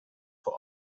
for